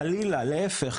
חלילה להיפך,